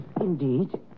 Indeed